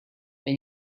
when